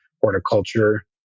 horticulture